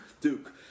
Duke